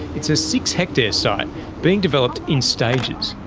it's a six-hectare site being developed in stages,